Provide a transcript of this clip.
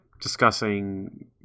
discussing